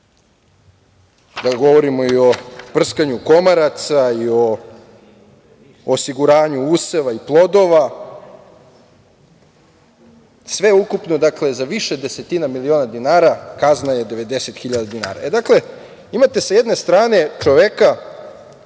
Da govorimo i o prskanju komaraca i o osiguranju useva i plodova. Dakle, sveukupno za više desetina miliona dinara kazna je 90 hiljada dinara. Dakle, imate sa jedne strane čoveka